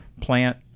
plant